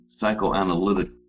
psychoanalytic